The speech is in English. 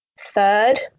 third